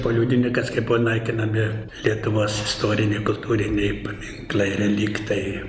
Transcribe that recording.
po liudininkas kai buvo naikinami lietuvos istoriniai kultūriniai paminklai reliktai